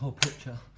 picture,